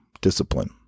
discipline